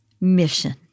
mission